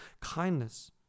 kindness